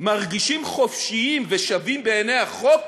מרגישים חופשיים ושווים בעיני החוק,